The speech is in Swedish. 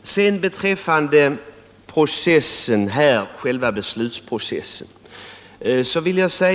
Vad sedan gäller själva beslutsprocessen hyser